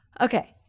okay